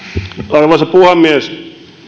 arvoisa puhemies